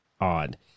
odd